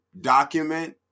document